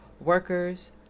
workers